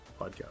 podcast